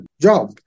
job